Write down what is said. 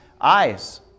eyes